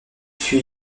fut